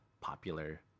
popular